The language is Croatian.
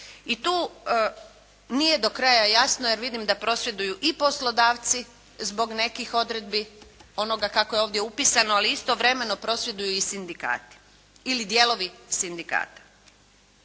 I tu nije do kraja jasno jer vidim da prosvjeduju i poslodavci zbog nekih odredbi onoga kako je ovdje upisano, ali istovremeno prosvjeduju i sindikati ili dijelovi sindikata.